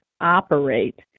operate